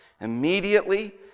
immediately